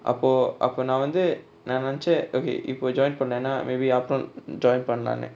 அப்போ அப்போ நா வந்து நா நெனச்ச:appo appo na vanthu na nenacha okay இப்ப:ippa joint பன்னனா:pannana maybe அப்ரோ:apro join பன்லானு:panlaanu